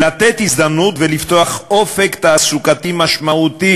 לתת הזדמנות ולפתוח אופק תעסוקתי משמעותי